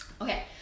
Okay